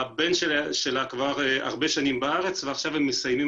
הבן שלה כבר הרבה שנים בארץ ועכשיו הן מסיימות